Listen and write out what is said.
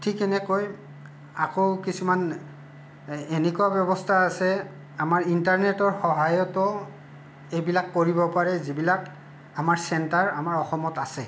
ঠিক সেনেকৈ আকৌ কিছুমান এনেকুৱা ব্যৱস্থা আছে আমাৰ ইণ্টাৰনেটৰ সহায়তো এইবিলাক কৰিব পাৰি যিবিলাক আমাৰ চেণ্টাৰ আমাৰ অসমত আছে